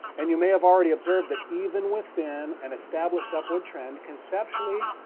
and you may have already observed that even within an established upward trend, conceptually,